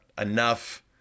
enough